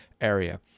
area